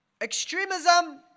Extremism